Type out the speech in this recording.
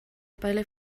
pele